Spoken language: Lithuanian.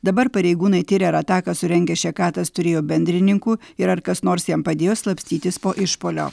dabar pareigūnai tiria ar ataką surengęs šekatas turėjo bendrininkų ir ar kas nors jam padėjo slapstytis po išpuolio